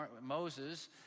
Moses